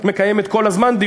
את הסגנון הזה,